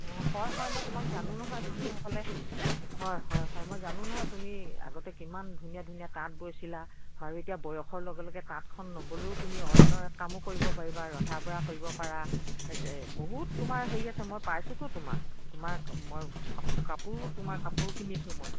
অঁ হয় হয় মই তোমাক জানো নহয় তুমি সেইফালে হয় হয় হয় মই জানো নহয় তুমি আগতে কিমান ধুনীয়া ধুনীয়া তাঁত বৈছিলা বাৰু এতিয়া বয়সৰ লগে লগে তাঁতখন ন'বলেও তুমি অন্য এক কামো কৰিব পাৰিবা ৰন্ধা বঢ়া কৰিব পাৰা বহুত তোমাৰ হেৰি আছে মই পাইছোঁতো তোমাক তোমাৰ মই কাপোৰ কাপোৰো তোমাৰ কাপোৰো কিনিছোঁ মই